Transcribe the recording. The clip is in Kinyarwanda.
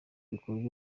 bikorwa